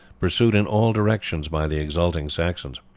pursued in all directions by the exulting saxons.